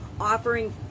offering